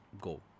go